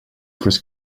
frisk